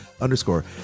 underscore